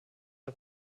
der